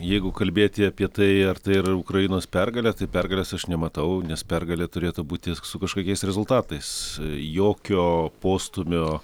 jeigu kalbėti apie tai ar tai yra ukrainos pergalė tai pergalės aš nematau nes pergalė turėtų būti su kažkokiais rezultatais jokio postūmio